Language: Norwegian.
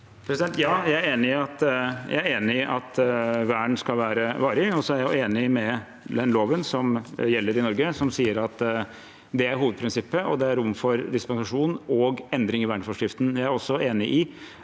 jeg er enig i at vern skal være varig, og jeg er enig med loven som gjelder i Norge, som sier at det er hovedprinsippet, og at det er rom for dispensasjon og endring i verneforskriften. Jeg er også enig i